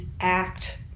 act